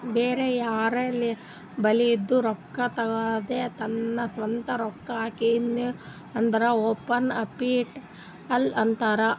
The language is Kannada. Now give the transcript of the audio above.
ಬ್ಯಾರೆ ಯಾರ್ ಬಲಿಂದ್ನು ರೊಕ್ಕಾ ತರ್ಲಾರ್ದೆ ತಾನೇ ಸ್ವಂತ ರೊಕ್ಕಾ ಹಾಕಿನು ಅಂದುರ್ ಓನ್ ಕ್ಯಾಪಿಟಲ್ ಅಂತಾರ್